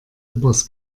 übers